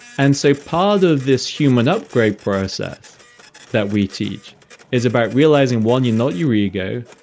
and so part of this human upgrade process that we teach is about realizing one, you're not your ego,